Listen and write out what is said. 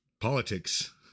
politics